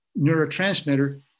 neurotransmitter